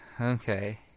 Okay